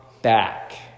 Back